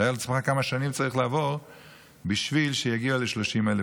תאר לעצמך כמה שנים צריכות לעבור בשביל להגיע ל-30,000.